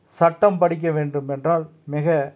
சட்டம் படிக்க வேண்டும் என்றால் மிக